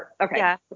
Okay